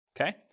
okay